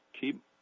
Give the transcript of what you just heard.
keep